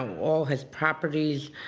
all his properties